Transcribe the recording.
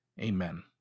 amen